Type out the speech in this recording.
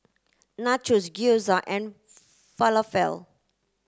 Nachos Gyoza and Falafel